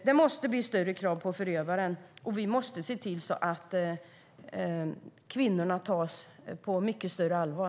Det måste ställas större krav på förövaren, och vi måste se till att kvinnorna tas på mycket större allvar.